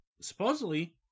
supposedly